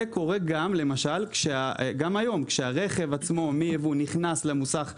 זה קורה גם היום כשהרכב עצמו מייבוא נכנס למוסך מורשה,